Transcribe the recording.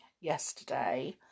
yesterday